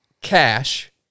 cash